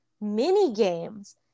mini-games